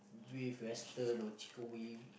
beef western or chicken wing